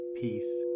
peace